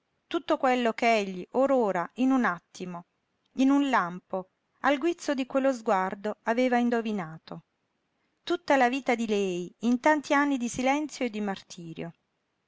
tutto quello che egli or ora in un attimo in un lampo al guizzo di quello sguardo aveva indovinato tutta la vita di lei in tanti anni di silenzio e di martirio